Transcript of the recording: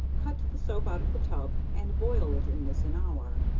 cut the soap out of the tub and boil it in this an hour,